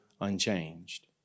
unchanged